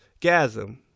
gasm